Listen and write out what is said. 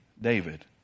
David